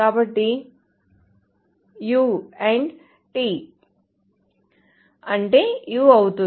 కాబట్టి u AND t అంటే u అవుతుంది